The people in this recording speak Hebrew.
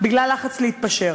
בגלל לחץ להתפשר.